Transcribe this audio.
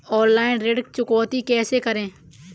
Online ऋण चुकौती कैसे करें?